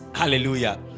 hallelujah